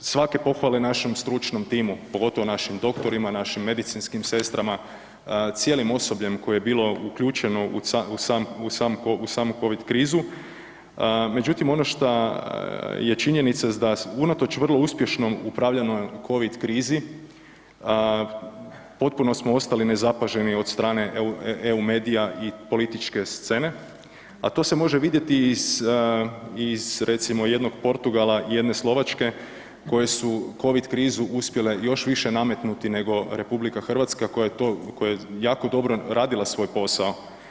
Svake pohvale našem stručnom timu, pogotovo našim doktorima, našim medicinskim sestrama, cijelim osobljem koje je bilo uključeno u samu Covid krizu, međutim, ono što je činjenica jest da unatoč vrlo uspješnom upravljanju u Covid krizi, potpuno smo ostali nezapaženi od strane EU medija i političke scene, a to se može vidjeti iz recimo jednog Portugala i jedne Slovačke koje su Covid krizu uspjele još više nametnuti nego RH koja je to, koja je jako dobro radila svoj posao.